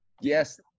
Yes